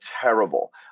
terrible